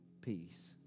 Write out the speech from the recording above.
peace